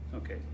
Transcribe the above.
Okay